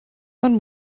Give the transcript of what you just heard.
man